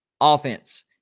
offense